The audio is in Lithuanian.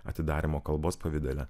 atidarymo kalbos pavidale